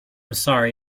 sorry